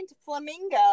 flamingo